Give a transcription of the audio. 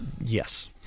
Yes